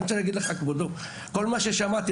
אני רוצה להגיד לך כבודו שכל מה ששמעתי,